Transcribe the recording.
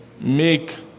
Make